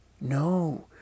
No